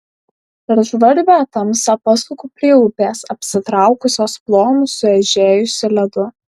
per žvarbią tamsą pasuku prie upės apsitraukusios plonu sueižėjusiu ledu